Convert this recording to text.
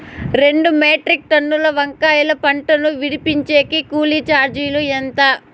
రెండు మెట్రిక్ టన్నుల వంకాయల పంట ను విడిపించేకి కూలీ చార్జీలు ఎంత?